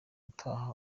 utaha